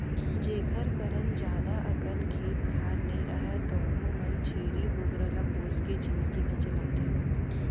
जेखर करन जादा अकन खेत खार नइ राहय तउनो मन छेरी बोकरा ल पोसके जिनगी ल चलाथे